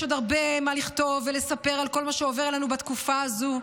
יש עוד הרבה מה לכתוב ולספר על כל מה שעובר עלינו בתקופה הזאת,